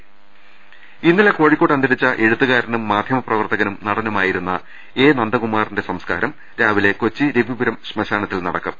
രദേഷ്ടെടു ഇന്നലെ കോഴിക്കോട്ട് അന്തരിച്ച എഴുത്തു കാര്നും മാധ്യമ പ്രവർത്തകനും നടനുമായിരുന്ന എ നന്ദകുമാറിന്റെ സംസ്കാരം രാവിലെ കൊച്ചി രവിപുരം ശ്മശാനത്തിൽ നടക്കും